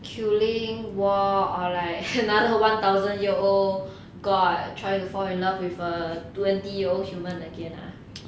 killing war or like another one thousand year old god try to fall in love with a twenty year old human again ah